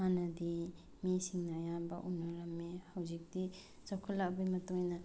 ꯍꯥꯟꯅꯗꯤ ꯃꯤꯁꯤꯡ ꯑꯌꯥꯝꯕ ꯎꯅꯔꯝꯃꯤ ꯍꯧꯖꯤꯛꯇꯤ ꯆꯥꯎꯈꯠꯂꯛꯑꯕꯒꯤ ꯃꯇꯨꯡ ꯏꯟꯅ